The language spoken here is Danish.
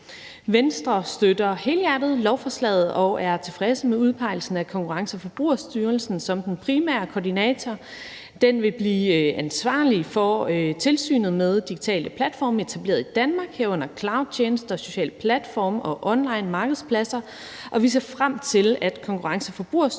Venstre støtter helhjertet lovforslaget og er tilfredse med udpegelsen af Konkurrence- og Forbrugerstyrelsen som den primære koordinator. Den vil blive ansvarlig for tilsynet med digitale platforme etableret i Danmark, herunder cloudtjenester, sociale platforme og online markedspladser, og vi ser frem til, at Konkurrence- og Forbrugerstyrelsen